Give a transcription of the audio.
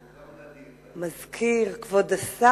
הוא גם נדיב, היושב-ראש.